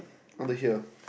I want to hear